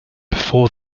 before